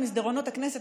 במסדרונות הכנסת,